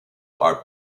are